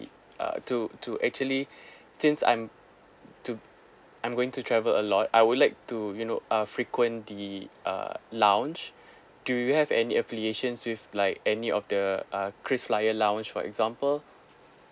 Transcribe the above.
uh to to actually since I'm to I'm going to travel a lot I would like to you know uh frequent the uh lounge do you have any affiliations with like any of the uh krisflyer lounge for example